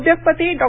उद्योगपती डॉ